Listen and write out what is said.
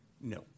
No